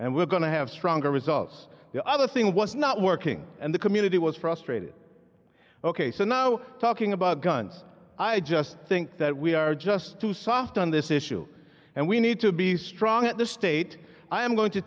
and we're going to have stronger results the other thing was not working and the community was frustrated ok so now talking about guns i just think that we are just too soft on this issue and we need to be strong at the state i am going to